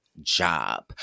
job